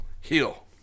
Heal